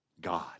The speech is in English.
God